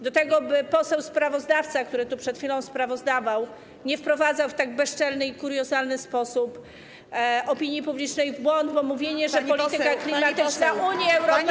do tego, by poseł sprawozdawca, który tu przed chwilą sprawozdawał, nie wprowadzał w tak bezczelny i kuriozalny sposób opinii publicznej w błąd, bo mówienie, że polityka klimatyczna Unii Europejskiej